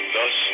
Thus